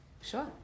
Sure